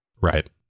Right